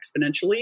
exponentially